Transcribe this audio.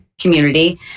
community